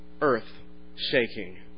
earth-shaking